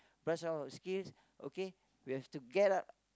brush up our skills okay we have to get out